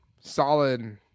solid